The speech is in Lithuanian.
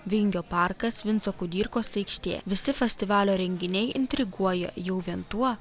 vingio parkas vinco kudirkos aikštė visi festivalio renginiai intriguoja jau vien tuo